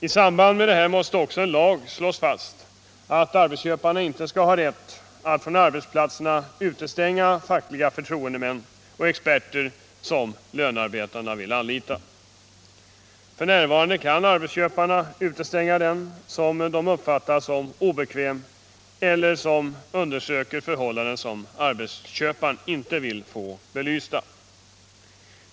I samband med detta måste också i lag slås fast att arbetsköparna inte skall ha rätt att från arbetsplatserna utestänga fackliga förtroendemän och experter som lönarbetarna vill anlita. F.n. kan arbetsköparna utestänga den som de uppfattar som obekväm eller som undersöker förhållanden som arbetsköparen inte vill få belysta.